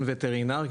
וטרינר,